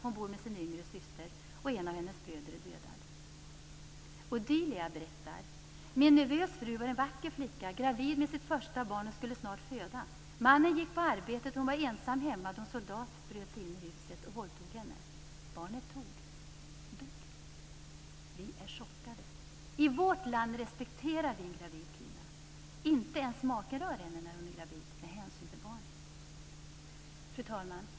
Hon bor med sin yngre syster, och en av hennes bröder är dödad. Odilia berättar: Min nevös fru var en vacker flicka, gravid med sitt första barn och skulle snart föda. Mannen gick till arbetet, och hon var ensam hemma då en soldat bröt sig in i huset och våldtog henne. Barnet dog. Vi blev chockade. I vårt land respekterar vi en gravid kvinna. Inte ens maken rör henne när hon är gravid av hänsyn till barnet. Fru talman!